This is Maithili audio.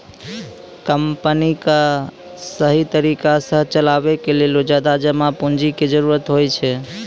कमपनी क सहि तरिका सह चलावे के लेलो ज्यादा जमा पुन्जी के जरुरत होइ छै